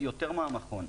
יותר מהמכון.